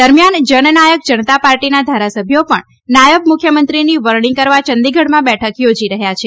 દરમિયાન જનનાયક જનતાપાર્ટીના ધારાસભ્યો પણ નાયબ મુખ્યમંત્રીની વરણી કરવા ચંદીગઢમાં બેઠક યોજી રહ્યા છે